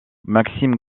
maxime